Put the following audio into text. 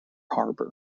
harbor